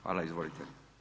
Hvala, izvolite.